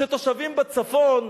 שתושבים בצפון,